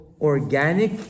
organic